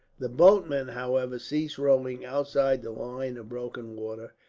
the boatmen, however, ceased rowing outside the line of broken water,